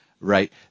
right